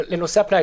לנושא הפנאי,